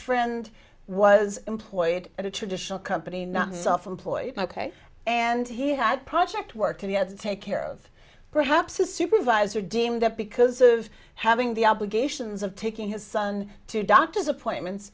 friend was employed at a traditional company not self employed ok and he had project work he had to take care of perhaps a supervisor deemed that because of having the obligations of taking his son to doctor's appointments